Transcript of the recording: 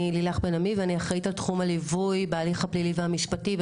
אני לילך בן עמי ואני אחראית על תחום הליווי בהליך הפלילי והמשפטי,